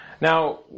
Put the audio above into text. Now